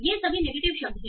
ये सभी नेगेटिव शब्द हैं